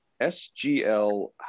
SGL